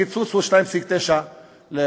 הקיצוץ בקצבאות הילדים הוא 2.9 מיליארד,